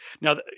Now